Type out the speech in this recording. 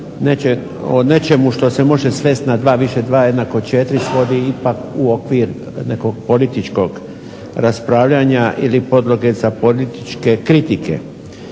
o nečemu što se može svesti na 2 više 2 jednako 4 ipak u okvir nekog političkog raspravljanja ili podloge za političke kritike.